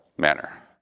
manner